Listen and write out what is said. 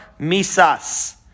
Misas